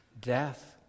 death